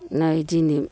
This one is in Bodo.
नै दिनै